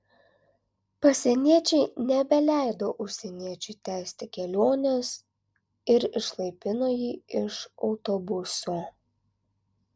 pasieniečiai nebeleido užsieniečiui tęsti kelionės ir išlaipino jį iš autobuso